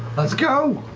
let's go.